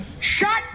Shut